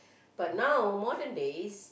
but now modern days